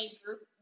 group